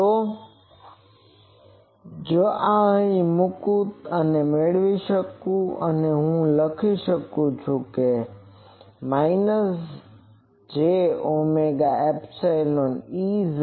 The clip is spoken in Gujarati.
તો જો આ હું અહીં મુકું છું તો હું મેળવી શકું છું અથવા હું અહીં લખી શકું છું કે jωϵEZizમાઈનસ j ઓમેગા એપ્સીલોન Eziz